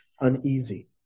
uneasy